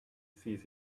sees